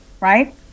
right